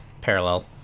parallel